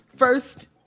First